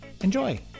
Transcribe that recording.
enjoy